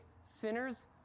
sinners